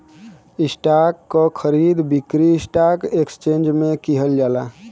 stock क खरीद बिक्री स्टॉक एक्सचेंज में किहल जाला